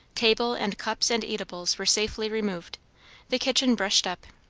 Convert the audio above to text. table and cups and eatables were safely removed the kitchen brushed up,